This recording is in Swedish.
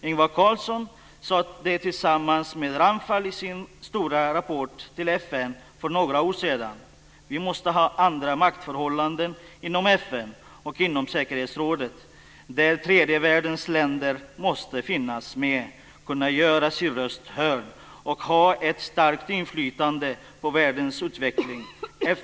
Ingvar Carlsson sade det tillsammans med Ramphal i sin stora rapport till FN för några år sedan. Vi måste ha andra maktförhållanden inom FN och inom säkerhetsrådet, där tredje världens länder måste finnas med, kunna göra sina röster hörda och ha ett starkt inflytande på världens utveckling.